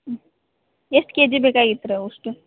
ಹ್ಞೂ ಎಷ್ಟು K G ಬೇಕಾಗಿತ್ರಿ ಅವು ಅಷ್ಟು